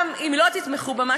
גם אם לא תתמכו בה,